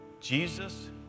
Jesus